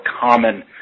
common